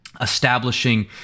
establishing